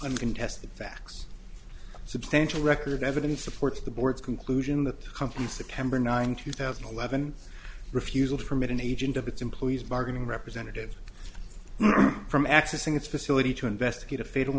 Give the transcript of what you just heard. and contested facts substantial record evidence supports the board's conclusion that the companies the kember nine two thousand and eleven refusal to permit an agent of its employees bargaining representative from accessing its facility to investigate a fatal